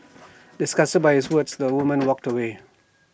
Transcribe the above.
disgusted by his words the woman walked away